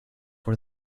were